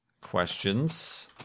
questions